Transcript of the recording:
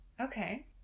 Okay